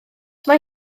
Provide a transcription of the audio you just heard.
mae